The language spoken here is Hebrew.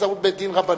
באמצעות בית-דין רבני.